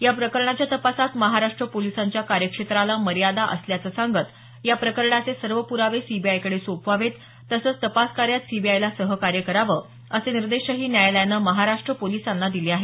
या प्रकरणाच्या तपासात महाराष्ट्र पोलिसांच्या कार्यक्षेत्राला मर्यादा असल्याचं सांगत या प्रकरणाचे सर्व पुरावे सीबीआयकडे सोपवावेत तसंच तपास कार्यात सीबीआयला सहकार्य करावं असे निर्देशही न्यायालयानं महाराष्ट्र पोलिसांना दिले आहेत